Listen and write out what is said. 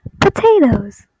Potatoes